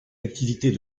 activités